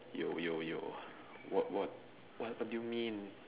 yo yo yo what what what do you mean